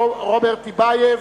רוברט טיבייב,